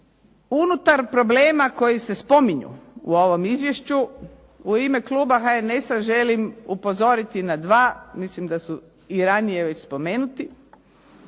Unutar problema koji se spominju u ovom izvješću u ime kluba HNS-a želim upozoriti na dva, mislim da su i ranije već spomenuti